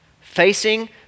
Facing